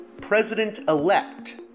president-elect